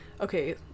okay